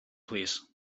plîs